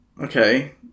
Okay